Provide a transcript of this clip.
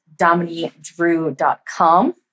dominiedrew.com